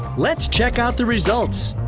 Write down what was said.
let's check out the results.